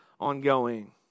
ongoing